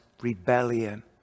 rebellion